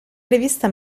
rivista